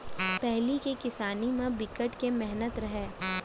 पहिली के किसानी म बिकट के मेहनत रहय